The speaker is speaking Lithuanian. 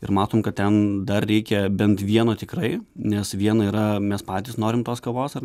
ir matom kad ten dar reikia bent vieno tikrai nes viena yra mes patys norim tos kavos ar